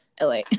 LA